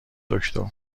دکتر